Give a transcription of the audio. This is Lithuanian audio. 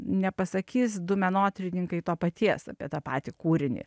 nepasakys du menotyrininkai to paties apie tą patį kūrinį